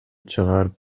чыгарып